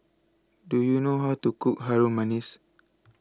Do YOU know How to Cook Harum Manis